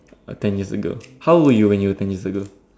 ten years ago how old were you when you were ten years ago